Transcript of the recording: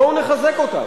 בואו נחזק אותם,